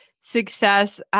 success